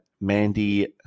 Mandy